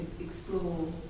explore